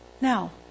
Now